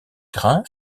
grain